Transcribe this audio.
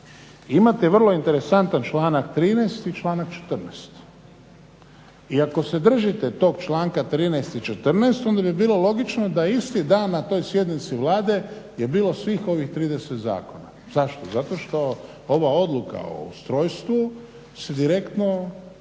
Imate vrlo interesantan članak 13. i članak 14. I ako se držite tog članka 13. i 14. onda bi bilo logično da isti dan na toj sjednici Vlade je bilo svih ovih 30 zakona. Zašto? Zato što ova odluka o ustrojstvu se direktno odnosi